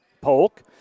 Polk